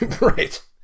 Right